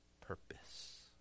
purpose